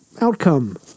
outcome